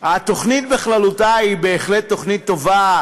התוכנית בכללותה היא בהחלט תוכנית טובה,